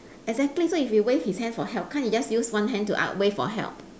exactly so if he wave his hand for help can't he just use one hand to uh wave for help